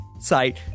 site